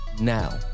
now